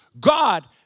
God